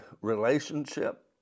relationship